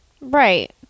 right